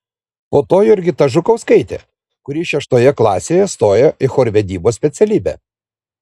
po to jurgita žukauskaitė kuri šeštoje klasėje stojo į chorvedybos specialybę